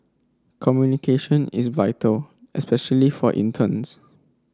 communication is vital especially for interns